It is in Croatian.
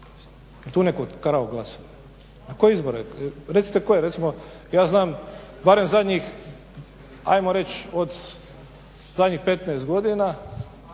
tu netko krao glasove? Na koje izbore, recite koje, recimo ja znam barem zadnjih ajmo reći od zadnjih 15 godina